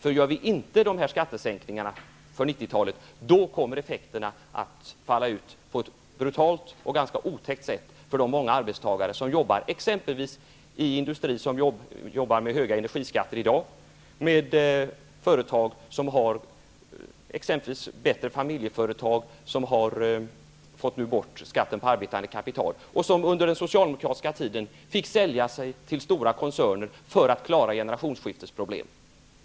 Om man inte genomför dessa skattesäkningar under 90-talet, kommer effekterna att visa sig på ett brutalt och otäckt sätt för de många arbetstagare som jobbar t.ex. i den industri som har höga energiskatter i dag eller inom bättre familjeföretag, som nu slipper skatten på arbetande kapital och som under den socialdemokratiska tiden var tvungna att sälja sig till stora koncerner för att klara generationsskiftesproblemen.